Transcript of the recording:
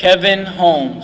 kevin holme